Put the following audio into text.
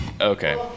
Okay